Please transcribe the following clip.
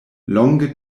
longe